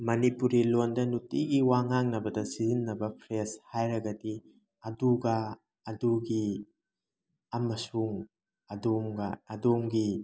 ꯃꯅꯤꯄꯨꯔꯤ ꯂꯣꯟꯗ ꯅꯨꯡꯇꯤꯒꯤ ꯋꯥ ꯉꯥꯡꯅꯕꯗ ꯁꯤꯖꯤꯟꯅꯕ ꯐ꯭ꯔꯦꯖ ꯍꯥꯏꯔꯒꯗꯤ ꯑꯗꯨꯒ ꯑꯗꯨꯒꯤ ꯑꯃꯁꯨꯡ ꯑꯗꯣꯝꯒ ꯑꯗꯣꯝꯒꯤ